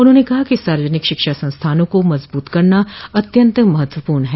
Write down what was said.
उन्होंन कहा कि सार्वजनिक शिक्षा संस्थानों को मजबूत करना अत्यत महत्वपूर्ण है